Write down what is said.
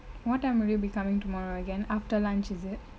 what time you would be coming tomorrow again after lunch is it